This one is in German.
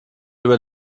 über